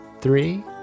three